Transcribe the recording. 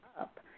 up